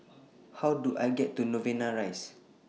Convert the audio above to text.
How Do I get to Novena Rise